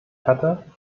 hatte